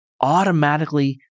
automatically